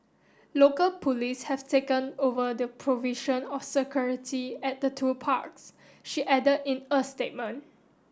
local police have taken over the provision of security at the two parks she added in a statement